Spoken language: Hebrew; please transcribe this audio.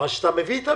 אבל בדקתי מי הם